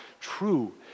true